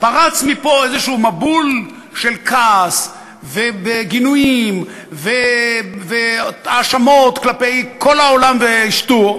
פרץ מפה איזה מבול של כעס וגינויים והאשמות כלפי כל העולם ואשתו,